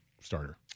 starter